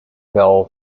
fell